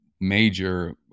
major